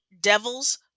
devils